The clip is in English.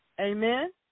Amen